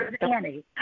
Annie